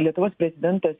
lietuvos prezidentas